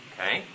Okay